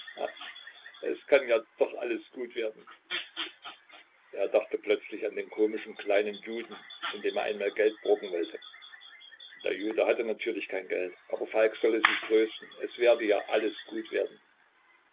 es kann ja noch alles gut werden er dachte plötzlich an den komischen kleinen juden von dem er einmal geld borgen wollte der jude hatte natürlich kein geld aber falk solle sich trösten es werde ja noch alles gut werden